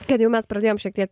kad jau mes pradėjom šiek tiek